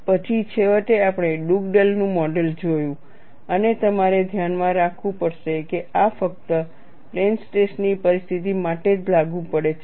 પછી છેવટે આપણે ડુગડેલનું મોડેલ Dugdale's model જોયું અને તમારે ધ્યાનમાં રાખવું પડશે કે આ ફક્ત પ્લેન સ્ટ્રેસ ની પરિસ્થિતિ માટે જ લાગુ પડે છે